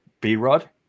B-Rod